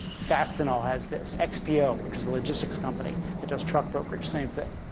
fastenal has this. xpo, which is a logistics company that does truck brokerage same thing.